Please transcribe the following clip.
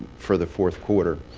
for the fourth quarter.